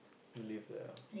live there ah